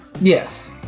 Yes